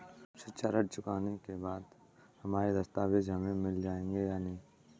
शिक्षा ऋण चुकाने के बाद हमारे दस्तावेज हमें मिल जाएंगे या नहीं?